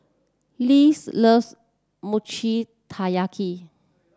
Les loves Mochi Taiyaki